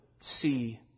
see